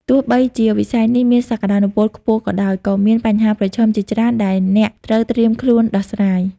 ទោះបីជាវិស័យនេះមានសក្តានុពលខ្ពស់ក៏ដោយ ក៏មាន បញ្ហាប្រឈមជាច្រើន ដែលអ្នកត្រូវត្រៀមខ្លួនដោះស្រាយ។